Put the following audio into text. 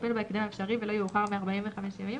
יטפל בהקדם האפשרי ולא יאוחר מ-45 ימים